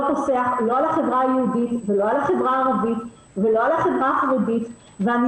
פוסח לא על החברה היהודית ולא על החברה הערבית ולא על החברה החרדית ואני